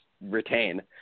retain